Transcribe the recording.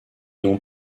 non